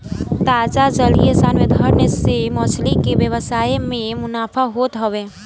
ताजा जलीय संवर्धन से मछरी के व्यवसाय में मुनाफा होत हवे